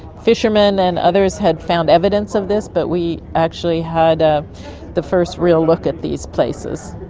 fishermen and others had found evidence of this but we actually had ah the first real look at these places.